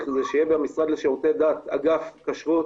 זה שיהיה במשרד לשירותי דת אגף כשרות